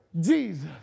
Jesus